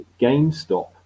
gamestop